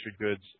goods